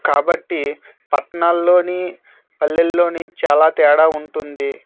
కాబట్టి పట్టణాలలో పల్లెలలో చాలా తేడా ఉంటుంది